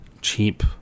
cheap